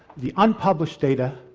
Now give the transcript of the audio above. the unpublished data,